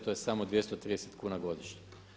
To je samo 230 kuna godišnje.